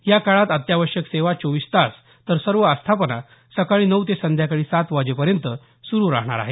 याकाळात अत्यावश्यक सेवा चोवीस तास तर सर्व आस्थापना सकाळी नऊ ते संध्याकाळी सात वाजेपर्यंत सुरू राहणार आहेत